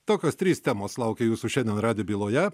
tokios trys temos laukia jūsų šiandien radijo byloje